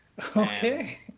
Okay